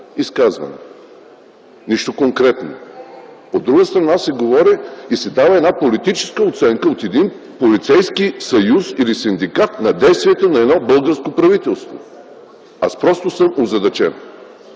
изказване. Нищо конкретно. От друга страна се говори и се дава политическа оценка от един Полицейски съюз или синдикат на действията на едно българско правителство! Аз просто съм озадачен!